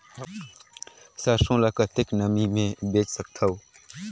सरसो ल कतेक नमी मे बेच सकथव?